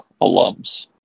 alums